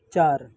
चार